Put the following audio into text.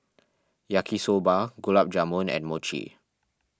Yaki Soba Gulab Jamun and Mochi